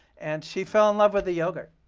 and she fell in love with the yogurt,